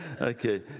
okay